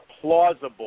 plausible